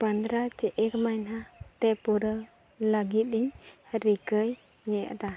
ᱯᱚᱱᱫᱨᱚ ᱪᱮ ᱮᱹᱠ ᱢᱟᱦᱱᱟᱛᱮ ᱯᱩᱨᱟᱹᱣ ᱞᱟᱹᱜᱤᱫ ᱤᱧ ᱨᱤᱠᱟᱹᱭᱮᱫᱟ